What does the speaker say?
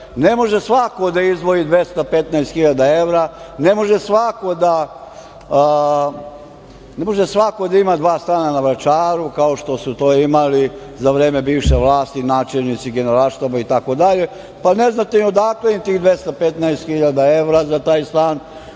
Ne može svako da izdvoji 215 hiljade evra, ne može svako da ima dva stana na Vračaru, kao što su to imali za vreme bivše vlasti načelnici Generalštaba i tako dalje. Pa, ne znate ni odakle im tih 215 hiljada evra za taj stan,